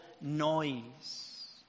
noise